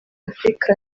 afurika